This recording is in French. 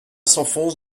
s’enfonce